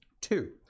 Two